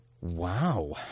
Wow